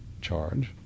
charge